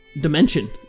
dimension